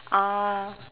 uh